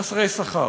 חסרי שכר?